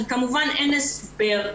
כי כמובן אין הסבר,